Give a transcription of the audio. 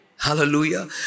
Hallelujah